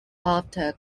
after